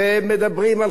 ומדברים על חדשות מקומיות.